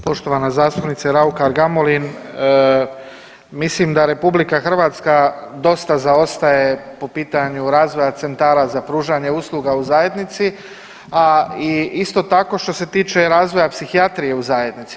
Poštovana zastupnice Raukar Gamulin, mislim da RH dosta zaostaje po pitanju razvoja centara za pružanje usluga u zajednici, a i isto tako što se tiče razvoja psihijatrije u zajednici.